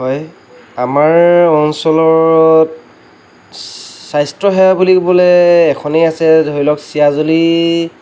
হয় আমাৰ অঞ্চলত স্বাস্থ্যসেৱা বুলিবলৈ এখনেই আছে ধৰিলওক চিৰাজুলি